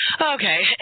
okay